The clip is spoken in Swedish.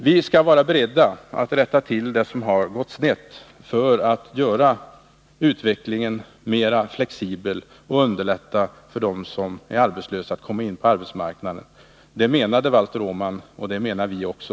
Vi skall vara beredda att rätta till det som har gått snett för att göra utvecklingen mer flexibel och underlätta för dem som är arbetslösa att komma in på arbetsmarknaden. Det menade Valter Åman, och det menar vi också.